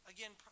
Again